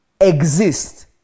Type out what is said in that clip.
exist